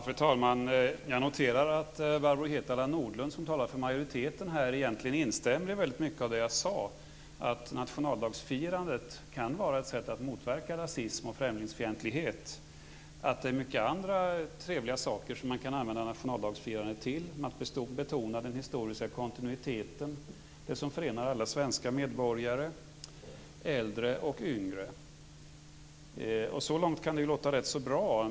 Fru talman! Jag noterar att Barbro Hietala Nordlund, som talar för majoriteten här, egentligen instämmer i väldigt mycket av det jag sade. Nationaldagsfirandet kan vara ett sätt att motverka rasism och främlingsfientlighet. Det finns många andra trevliga saker man kan använda nationaldagsfirandet till, t.ex. att betona den historiska kontinuiteten och det som förenar alla svenska medborgare, äldre och yngre. Så långt kan det låta rätt bra.